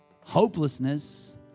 Hopelessness